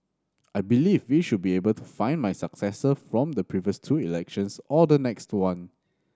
I believe we should be able to find my successor from the previous two elections or the next one